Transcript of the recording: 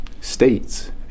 states